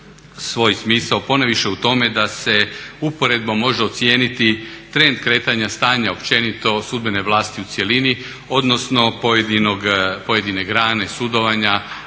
svoj smisao ponajviše u tome da se uporedbom može ocijeniti trend kretanja stanja općenito sudbene vlasti u cjelini odnosno pojedine grane sudovanja